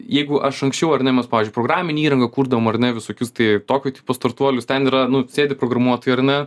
jeigu aš anksčiau ar ne mes pavyzdžiui programinę įrangą kurdavom ar ne visokius tai tokio tipo startuolius ten yra nu sėdi programuotojai ar ne